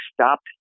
stopped